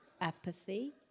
Apathy